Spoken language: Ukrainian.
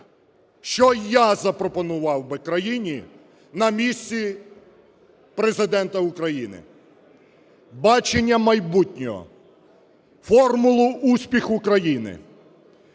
Що я запропонував би країні на місці Президента України? Бачення майбутнього, формулу успіху країни,